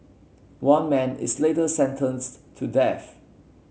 one man is later sentenced to death